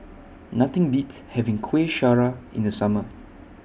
Nothing Beats having Kuih Syara in The Summer